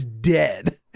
dead